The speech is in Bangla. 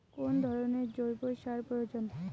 কোন ধরণের জৈব সার প্রয়োজন?